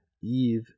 Eve